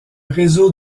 réseau